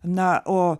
na o